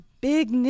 big